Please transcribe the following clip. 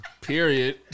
Period